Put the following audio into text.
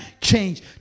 change